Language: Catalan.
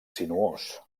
sinuós